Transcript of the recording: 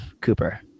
Cooper